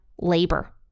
labor